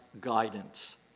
guidance